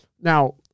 Now